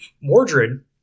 Mordred